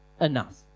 enough